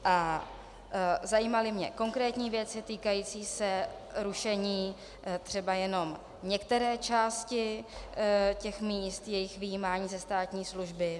A zajímaly mě konkrétní věci týkající se rušení třeba jenom některé části těch míst, jejich vyjímání ze státní služby.